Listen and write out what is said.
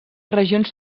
regions